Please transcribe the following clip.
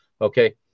Okay